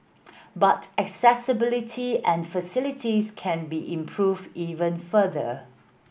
but accessibility and facilities can be improved even further